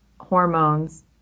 hormones